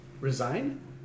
Resign